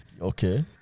Okay